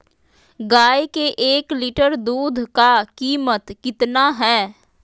गाय के एक लीटर दूध का कीमत कितना है?